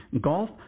golf